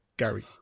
Gary